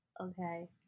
okay